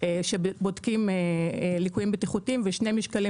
שבודקות ליקויים בטיחותיים ושני משקלים